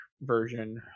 version